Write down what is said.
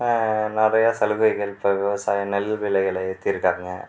நிறையா சலுகைகள் இப்போ விவசாயம் நெல் விலைகளை ஏற்றிருக்காங்க